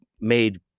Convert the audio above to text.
made